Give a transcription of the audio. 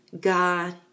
God